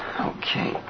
Okay